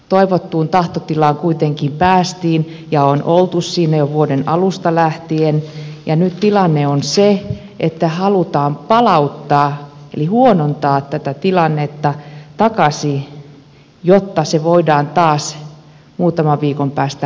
toivottuun tahtotilaan kuitenkin päästiin ja on oltu siinä jo vuoden alusta lähtien ja nyt tilanne on se että halutaan palauttaa eli huonontaa tätä tilannetta takaisin jotta se voidaan taas muutaman viikon päästä korjata uudestaan